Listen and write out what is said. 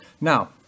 Now